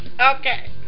Okay